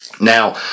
Now